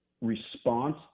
response